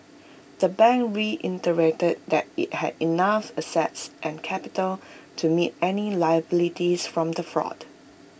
the bank reiterated that IT had enough assets and capital to meet any liabilities from the fraud